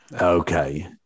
Okay